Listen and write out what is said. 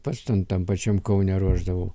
pats ten tam pačiam kaune ruošdavau